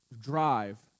drive